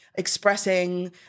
expressing